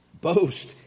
boast